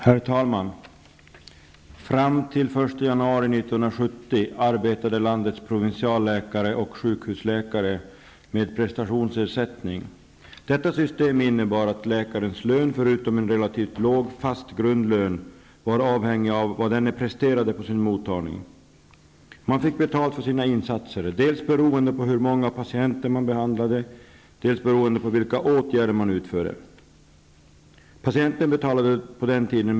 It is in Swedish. Herr talman! Fram till den 1 januari 1970 arbetade landets provinsialläkare och sjukhusläkare med prestationsersättning. Detta system innebar att läkarens lön förutom en relativt låg fast grundlön var avhängig av vad denne presterade på sin mottagning. Man fick betalt för sin insats, dels beroende på hur många patienter man behandlade, dels beroende på vilka åtgärder man utförde.